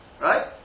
Right